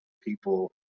people